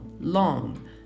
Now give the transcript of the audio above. long